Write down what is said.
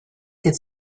could